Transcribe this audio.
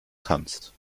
kannst